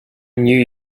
knew